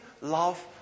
love